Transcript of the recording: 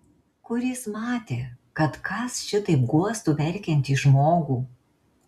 kur jis matė kad kas šitaip guostų verkiantį žmogų